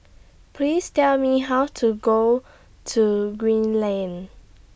Please Tell Me How to Go to Green Lane